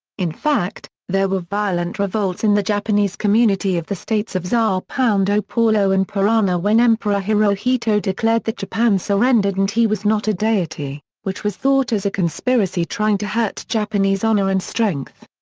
in fact, there were violent revolts in the japanese community of the states of sao and ah paulo and parana when emperor hirohito declared that japan surrendered and he was not a deity, which was thought as a conspiracy trying to hurt japanese honor and strength.